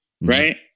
right